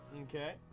Okay